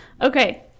Okay